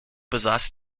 besaß